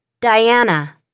Diana